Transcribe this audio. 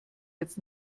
jetzt